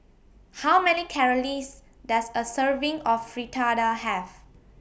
How Many Calories Does A Serving of Fritada Have